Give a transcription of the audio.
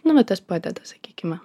nu va tas padeda sakykime